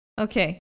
okay